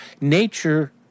nature